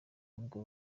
n’ubwo